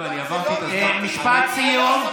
משפט סיום.